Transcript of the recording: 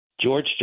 George